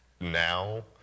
Now